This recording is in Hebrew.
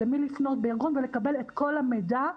למי לפנות בארגון ולקבל את כל המידע.